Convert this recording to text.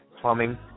plumbing